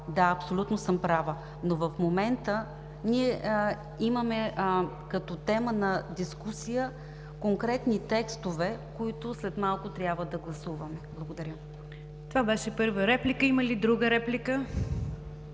Да, абсолютно съм права. Но в момента ние имаме като тема на дискусия конкретни текстове, които след малко трябва да гласуваме. Благодаря. ПРЕДСЕДАТЕЛ НИГЯР ДЖАФЕР: Това беше първа реплика. Има ли друга реплика